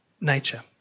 nature